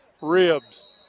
ribs